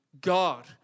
God